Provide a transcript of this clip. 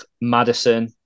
Madison